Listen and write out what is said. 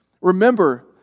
remember